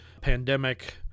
pandemic